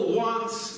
wants